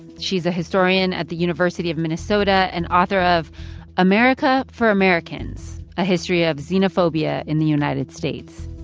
she's a historian at the university of minnesota and author of america for americans a history of xenophobia in the united states.